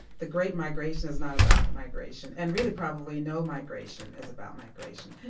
the great migration is not about migration, and really, probably no migration is about migration.